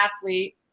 athlete